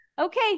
Okay